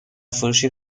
فروشی